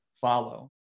follow